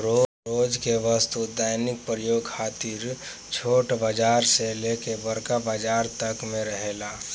रोज के वस्तु दैनिक प्रयोग खातिर छोट बाजार से लेके बड़का बाजार तक में रहेला